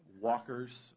walkers